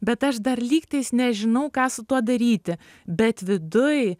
bet aš dar lyg tais nežinau ką su tuo daryti bet viduj